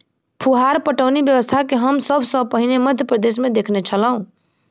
फुहार पटौनी व्यवस्था के हम सभ सॅ पहिने मध्य प्रदेशमे देखने छलौं